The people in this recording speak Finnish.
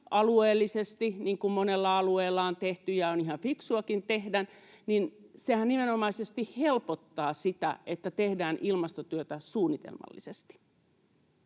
alueellisesti, niin kuin monella alueella on tehty ja on ihan fiksuakin tehdä — nimenomaisesti helpottaa sitä, että tehdään ilmastotyötä suunnitelmallisesti.